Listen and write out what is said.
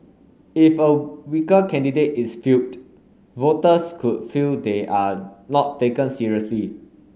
if a weaker candidate is fielded voters could feel they are not taken seriously